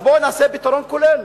אז בואו נעשה פתרון כולל,